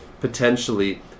potentially